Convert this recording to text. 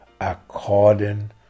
according